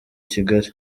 kigali